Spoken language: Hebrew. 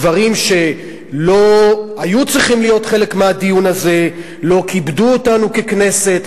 דברים שהיו צריכים להיות חלק מהדיון הזה ולא כיבדו אותנו ככנסת,